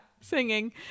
singing